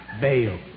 Bail